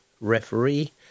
Referee